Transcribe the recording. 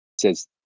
Says